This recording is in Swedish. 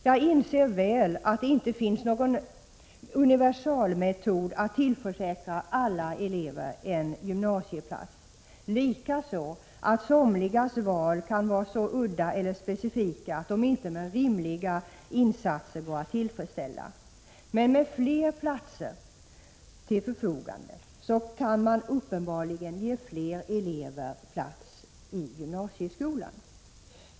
Jag inser väl att det inte finns någon universalmetod för att tillförsäkra alla elever en gymnasieplats, likaså att somligas val kan vara så udda eller specifika att de inte med rimliga insatser går att tillfredsställa. Men med fler platser till förfogande kan man uppenbarligen ge fler elever plats i gymnasieskolan.